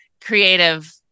creative